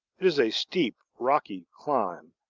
it is a steep, rocky climb,